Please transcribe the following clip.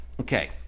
okay